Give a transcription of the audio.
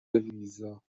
ویزا